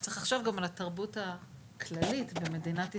צריך לחשוב על התרבות הכללית במדינת ישראל,